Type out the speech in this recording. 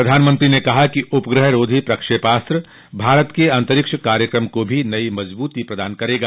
प्रधानमंत्री ने कहा कि उपग्रहरोधी प्रक्षेपास्त्र भारत के अंतरिक्ष कार्यक्रम को भो नई मजबूती प्रदान करेगा